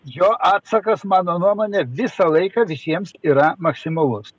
jo atsakas mano nuomone visą laiką visiems yra maksimalus